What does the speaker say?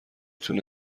تونه